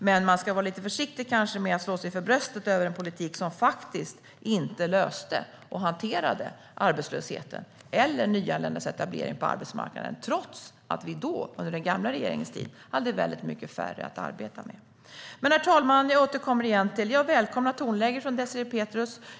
Men man ska kanske vara lite försiktig med att slå sig för bröstet över en politik som faktiskt inte löste och hanterade arbetslösheten eller nyanländas etablering på arbetsmarknaden, trots att vi under den gamla regeringens tid hade väldigt många färre att arbeta med. Herr talman! Jag återkommer igen till att jag välkomnar tonläget från Désirée Pethrus.